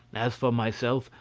as for myself,